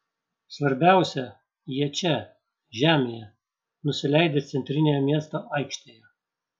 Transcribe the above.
svarbiausia jie čia žemėje nusileidę centrinėje miesto aikštėje